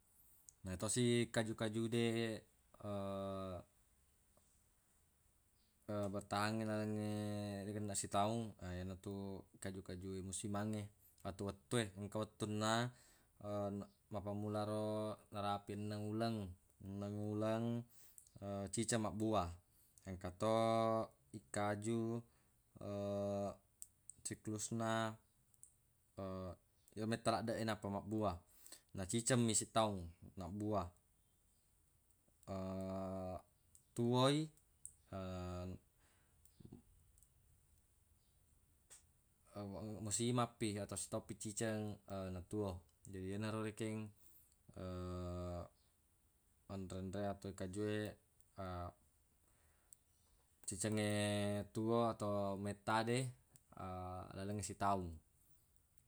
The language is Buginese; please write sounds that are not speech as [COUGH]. Na yatosi kaju-kaju de [HESITATION] bertahangnge [UNINTELLIGIBLE] sitaung yenatu kaju-kaju musimangnge atau wettu-wettuwe engka wettunna [HESITATION] mappammula ro narapi enneng enneng uleng [HESITATION] ciceng mabbua engka to ikkaju [HESITATION] siklusna [HESITATION] ye metta laddeq e nappa mabbua na ciceng mi sitaung mabbua [HESITATION] tuwoi [HESITATION] [NOISE] musimappi atau sitaung pi ciceng [HESITATION] na tuwo jadi erona rekeng [HESITATION] anre-anre atau ikkaju e [HESITATION] cicengnge tuwo atau metta de lalengnge sitaung.